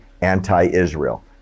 anti-Israel